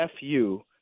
FU